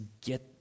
get